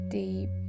deep